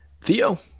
Theo